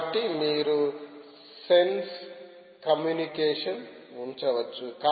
కాబట్టి మీరు sense communication ఉంచవచ్చు